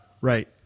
right